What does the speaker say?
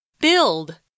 Build